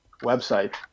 Website